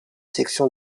section